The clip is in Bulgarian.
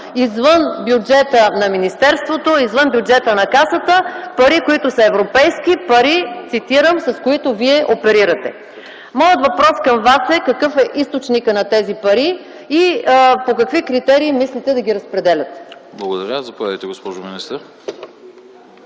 извън бюджета на министерството, извън бюджета на Касата – пари, които са европейски, пари – цитирам, с които вие: „оперирате”. Моят въпрос към Вас е: какъв е източникът на тези пари и по какви критерии мислите да ги разпределяте? ПРЕДСЕДАТЕЛ АНАСТАС АНАСТАСОВ: